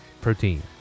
protein